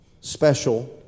special